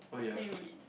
then you eat